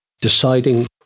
deciding